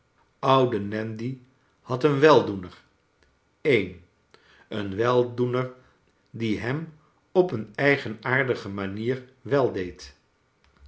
oude nandy had een weldoener een een weldoener die hem op een eigenaardige manier weldeed